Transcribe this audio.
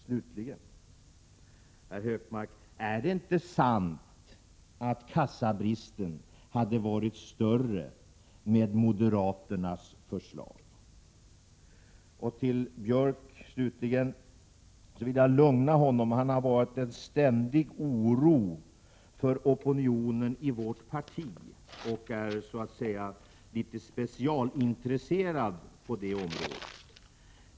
Slutligen, Gunnar Hökmark, är det inte sant att kassabristen hade varit större med moderaternas förslag? Jag vill till sist lugna Gunnar Björk. Han har ständigt varit orolig för opinionen i vårt parti och är litet specialintresserad på detta område.